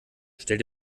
stell